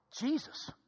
Jesus